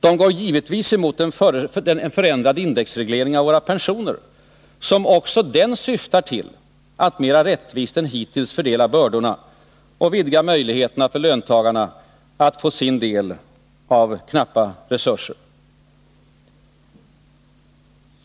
De går givetvis emot en förändrad indexreglering av våra pensioner, som också den syftar till att mera rättvist än hittills fördela bördorna och vidga möjligheterna för löntagarna att få sin del av knappa resurser.